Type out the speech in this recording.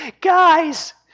Guys